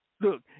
look